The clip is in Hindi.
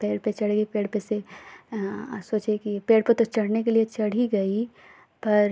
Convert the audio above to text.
पेड़ पर चढ़ गई पेड़ पर से सोचे कि पेड़ पर तो चढ़ने के लिए चढ़ ही गई पर